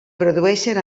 produeixen